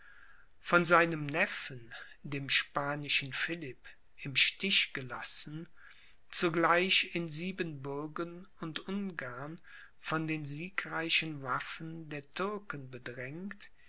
von seinem neffen dem spanischen philipp im stich gelassen zugleich in siebenbürgen und ungarn von den siegreichen waffen der türken bedrängt